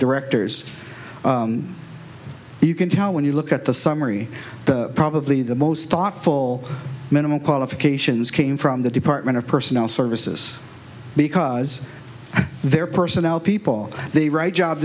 directors you can tell when you look at the summary the probably the most thoughtful minimal qualifications came from the department of personnel services because their personnel people the right job